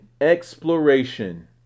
exploration